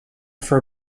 for